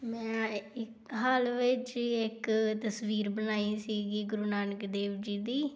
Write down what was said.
ਮੈਂ ਇੱਕ ਹਾਲ ਵਿੱਚ ਹੀ ਇੱਕ ਤਸਵੀਰ ਬਣਾਈ ਸੀਗੀ ਗੁਰੂ ਨਾਨਕ ਦੇਵ ਜੀ ਦੀ